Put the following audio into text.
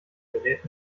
gerät